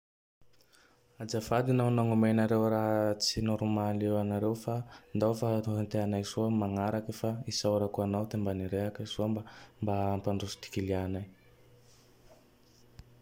Ajafady nao nagnomenareo raha tsy noromaly io anareo. Fa ndao fa hentenay soa am manaraky. Fa isaorako anao mba nirehake soa mba mba hampandroso ty cleint anay.